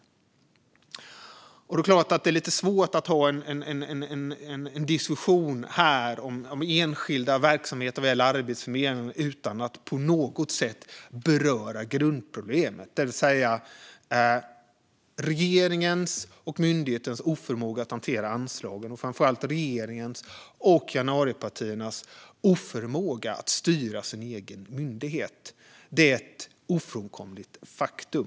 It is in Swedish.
Det är klart att det blir lite svårt att ha en diskussion här om enskilda verksamheter vad gäller Arbetsförmedlingen utan att på något sätt beröra grundproblemet, det vill säga regeringens och myndighetens oförmåga att hantera anslagen och framför allt regeringens och januaripartiernas oförmåga att styra sin egen myndighet. Det är ett ofrånkomligt faktum.